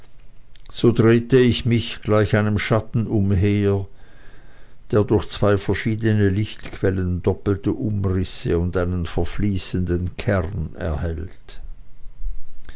so drehte ich mich gleich einem schatten umher der durch zwei verschiedene lichtquellen doppelte umrisse und einen verfließenden kern erhält